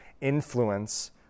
influence